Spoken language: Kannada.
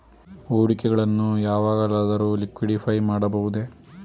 ಹೂಡಿಕೆಗಳನ್ನು ಯಾವಾಗಲಾದರೂ ಲಿಕ್ವಿಡಿಫೈ ಮಾಡಬಹುದೇ?